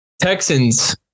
Texans